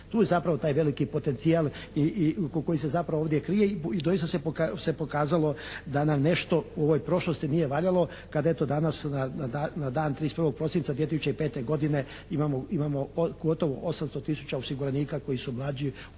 Tu je zapravo taj veliki potencijal i koji se zapravo ovdje krije i doista se pokazalo da nam nešto u ovoj prošlosti nije valjalo kada eto danas na dan 31. prosinca 2005. godine imamo gotovo 800 tisuća osiguranika koji su mlađi